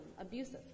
abusive